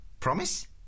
Promise